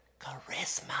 charisma